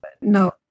No